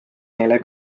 neile